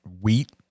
wheat